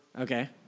Okay